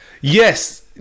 Yes